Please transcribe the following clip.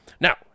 Now